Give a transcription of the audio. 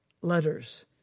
letters